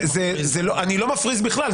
אני לא מפריז בכלל.